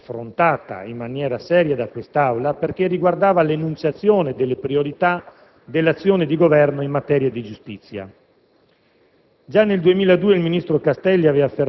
è stata affrontata in maniera seria da quest'Aula, perché riguardava l'enunciazione delle priorità dell'azione di Governo per la giustizia.